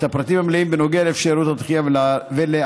את הפרטים המלאים בנוגע לאפשרויות הדחייה ולעלויותיה.